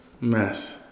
mess